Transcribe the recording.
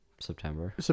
September